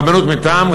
רבנות מטעם,